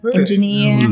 engineer